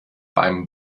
beim